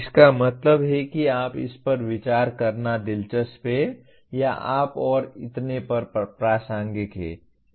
इसका मतलब है कि आप इस पर विचार करना दिलचस्प है या आप और इतने पर प्रासंगिक हैं